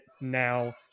now